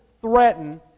threaten